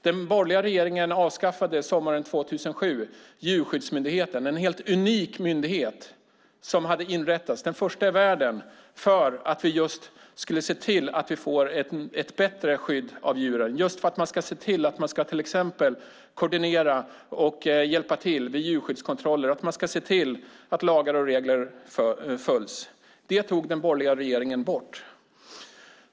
Den borgerliga regeringen avskaffade sommaren 2007 Djurskyddsmyndigheten, en helt unik myndighet som hade inrättats som den första i världen just för att vi skulle få ett bättre skydd av djuren, till exempel genom att koordinera och hjälpa till vid djurskyddskontroller och se till att lagar och regler följs. Detta tog den borgerliga regeringen bort.